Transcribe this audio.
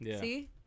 See